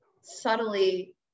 subtly